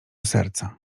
serca